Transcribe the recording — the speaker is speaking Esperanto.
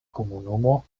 komunumo